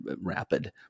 rapid